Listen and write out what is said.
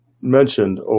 mentioned